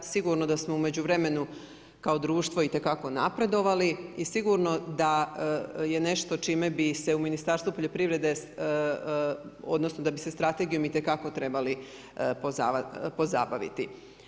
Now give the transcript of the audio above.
Sigurno da smo u međuvremenu kao društvo itekako napredovali i sigurno da je nešto čime bi se u Ministarstvu poljoprivrede odnosno da bi se strategijom itekako trebali pozabaviti.